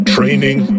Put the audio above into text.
Training